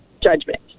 judgment